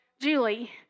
Julie